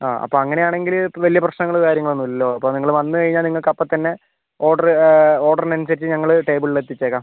ആ അപ്പം അങ്ങനെ ആണെങ്കില് ഇപ്പം വലിയ പ്രശ്നങ്ങൾ കാര്യങ്ങൾ ഒന്നും ഇല്ലല്ലോ അപ്പം നിങ്ങൾ വന്ന് കഴിഞ്ഞാൽ നിങ്ങൾക്ക് അപ്പം തന്നെ ഓർഡർ ഓർഡറിന് അനുസരിച്ച് ഞങ്ങൾ ടേബിളിൽ എത്തിച്ചേക്കാം